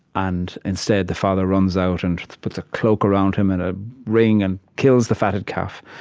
and instead, the father runs out and puts a cloak around him and a ring, and kills the fatted calf.